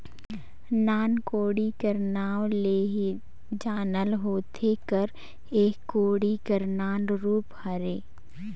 नान कोड़ी कर नाव ले ही जानल होथे कर एह कोड़ी कर नान रूप हरे